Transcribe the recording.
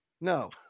No